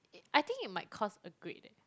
it I think it might cost a grade eh